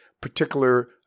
particular